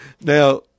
Now